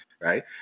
right